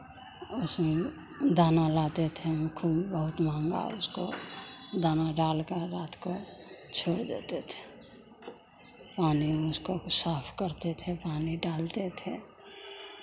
उसमें दाना लाते थे खूब बहुत महंगा उसको दाना डाल कर रात को छोड़ देते थे पानी उसको साफ करते थे पानी डालते थे